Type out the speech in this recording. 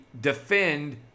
defend